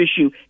issue